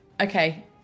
Okay